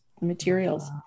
materials